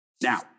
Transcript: Now